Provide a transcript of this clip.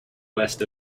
west